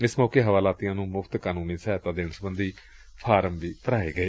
ਇਸ ਮੌਕੇ ਹਵਾਲਾਤੀਆਂ ਨੂੰ ਮੁਫ਼ਤ ਕਾਨੁੰਨੀ ਸਹਾਇਤਾ ਦੇਣ ਸਬੰਧੀ ਫਾਰਮ ਵੀ ਭਰਾਏ ਗਏ